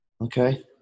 Okay